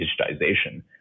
digitization